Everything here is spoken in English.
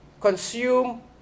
Consume